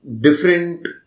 different